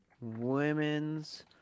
women's